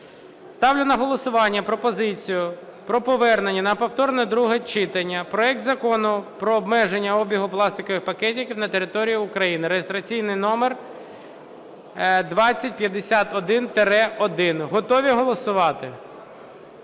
Ставлю на голосування пропозицію про повернення на повторне друге читання проекту Закону про обмеження обігу пластикових пакетів на території України (реєстраційний номер 2051-1). Готові голосувати?